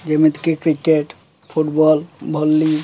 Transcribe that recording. ଯେମିତିକି cricket football ଭଲି